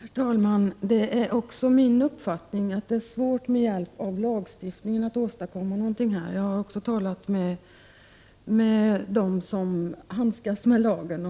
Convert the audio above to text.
Herr talman! Det är också min uppfattning att det är svårt att med hjälp av lagstiftningen åstadkomma någonting på detta område. Även jag har talat med dem som handskas med lagen.